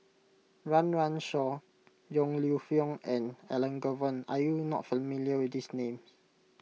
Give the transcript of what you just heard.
Run Run Shaw Yong Lew Foong and Elangovan are you not familiar with these names